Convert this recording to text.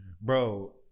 Bro